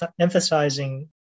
emphasizing